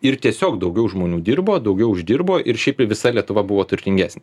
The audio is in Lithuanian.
ir tiesiog daugiau žmonių dirbo daugiau uždirbo ir šiaip visa lietuva buvo turtingesnė